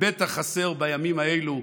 ובטח חסר בימים האלה.